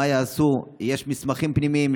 יש מסמכים פנימיים,